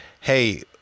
hey